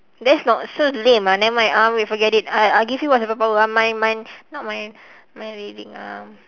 there's not so lame ah never mind ah wait forget it I I'll give you what superpower ah mind mind not mind mind reading ah